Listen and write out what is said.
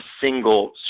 single